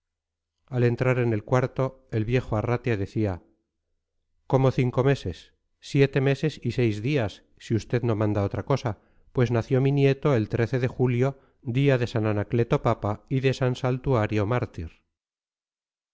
al entrar en el cuarto el viejo arratia decía cómo cinco meses siete meses y seis días si usted no manda otra cosa pues nació mi nieto el de julio día de san anacleto papa y de san salutario mártir